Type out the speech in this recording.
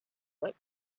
wait